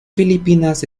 filipinas